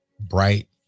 Bright